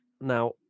Now